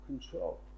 control